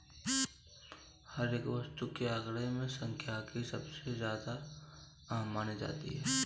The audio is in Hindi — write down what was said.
हर एक वस्तु के आंकडों में सांख्यिकी सबसे ज्यादा अहम मानी जाती है